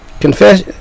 Confess